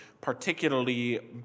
particularly